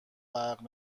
برق